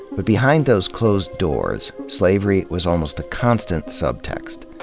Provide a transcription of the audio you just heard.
but behind those closed doors, slavery was almost a constant subtext.